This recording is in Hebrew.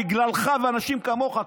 בגללך ובגלל אנשים כמוך,